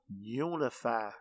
unify